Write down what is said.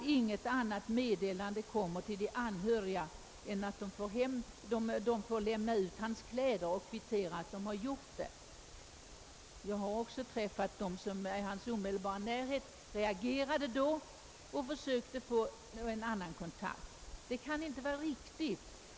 Inget annat meddelande lämnades heller till de anhöriga; de fick endast mot kvitto lämna ut hans kläder till polisen. Jag har också träffat dem som i hans omedelbara närhet då reagerade och försökte att få en annan kontakt. Detta kan inte vara riktigt.